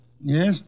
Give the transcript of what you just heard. Yes